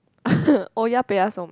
oh-yah-beh-yah-som